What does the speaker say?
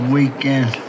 Weekend